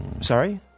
Sorry